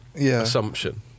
assumption